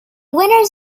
winners